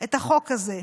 את החוק הזה.